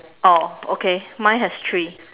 oh okay mine has three